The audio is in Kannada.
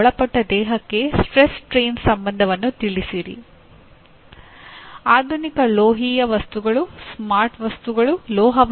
ಅಂತರ್ಜಾಲದಲ್ಲಿ ಅಪಾರ ಪ್ರಮಾಣದ ಸಾಹಿತ್ಯವಿದೆ ಆದ್ದರಿಂದ ಸಾಹಿತ್ಯವನ್ನು ಹುಡುಕುವುದು ಸಮಸ್ಯೆಯಲ್ಲ